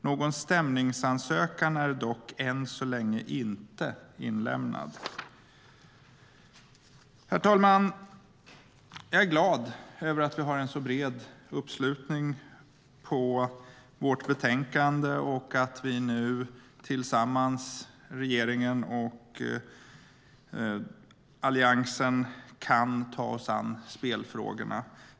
Någon stämningsansökan är dock än så länge inte inlämnad. Herr talman! Jag är glad över att vi har en så bred uppslutning för vårt betänkande och att vi nu tillsammans i regeringen och Alliansen kan ta oss an spelfrågorna.